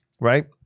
right